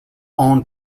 owned